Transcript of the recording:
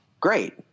great